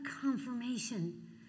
confirmation